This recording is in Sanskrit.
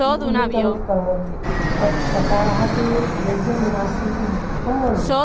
न नृत्यं कर्वन्ति तेन प्रकारेण तु योग्यं नास्ति इति अहं मन्ये